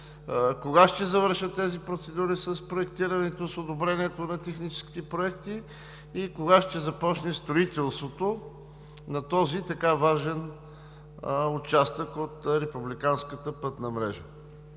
кога ще завършат тези процедури с проектирането, с одобрението на техническите проекти и кога ще започне строителството на този така важен участък от републиканската пътна мрежа?